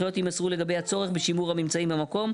הנחיות יימסרו לגבי צורך בשימור הממצאים במקום,